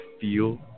feel